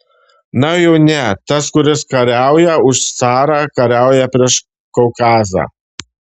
na jau ne tas kuris kariauja už carą kariauja prieš kaukazą